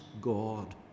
God